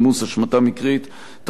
טעות דפוס וכיוצא באלה,